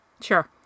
Sure